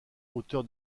auteur